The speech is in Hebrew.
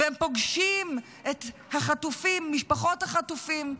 והם פוגשים את משפחות החטופים.